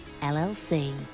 llc